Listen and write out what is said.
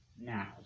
now